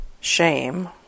shame